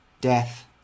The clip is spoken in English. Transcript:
death